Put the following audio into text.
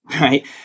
right